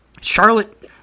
Charlotte